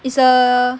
it's a